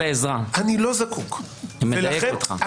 מדייק אותך.